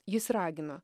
jis ragino